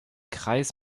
kreis